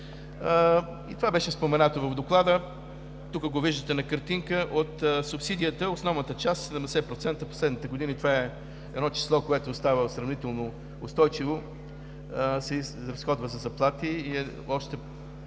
И това беше споменато в Доклада. Тук го виждате на картинка. От субсидията основната част е 70%. В последните години това число остава сравнително устойчиво и се изразходва за заплати.